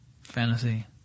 fantasy